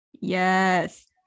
Yes